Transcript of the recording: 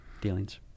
dealings